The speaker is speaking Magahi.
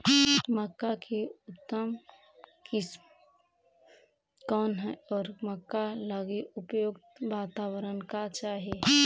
मक्का की उतम किस्म कौन है और मक्का लागि उपयुक्त बाताबरण का चाही?